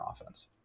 offense